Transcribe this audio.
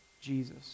Jesus